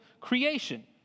creation